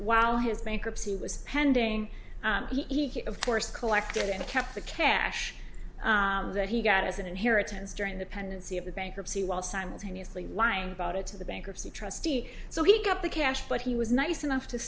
while his bankruptcy was pending he of course collected and kept the cash that he got as an inheritance during the pendency of the bankruptcy while simultaneously lying about it to the bankruptcy trustee so he got the cash but he was nice enough to